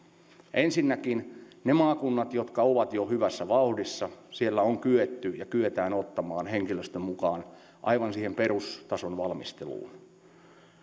ensinnäkin niissä maakunnissa jotka ovat jo hyvässä vauhdissa on kyetty ja kyetään ottamaan henkilöstö mukaan aivan siihen perustason valmisteluun